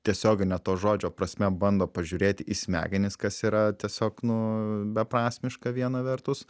tiesiogine to žodžio prasme bando pažiūrėti į smegenis kas yra tiesiog nu beprasmiška viena vertus